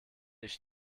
ich